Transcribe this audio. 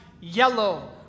Yellow